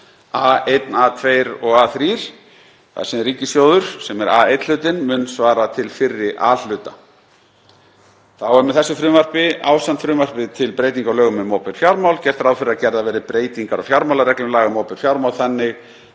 A-1, A-2 og A-3, þar sem ríkissjóður, sem er A-1 hlutinn, mun svara til fyrri A-hluta. Þá er með þessu frumvarpi, ásamt frumvarpi til breytinga á lögum um opinber fjármál, gert ráð fyrir að gerðar verði breytingar á fjármálareglum laga um opinber fjármál þannig